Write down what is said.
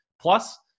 Plus